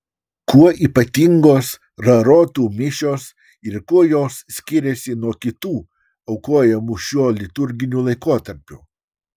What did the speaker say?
kuo ypatingos rarotų mišios ir kuo jos skiriasi nuo kitų aukojamų šiuo liturginiu laikotarpiu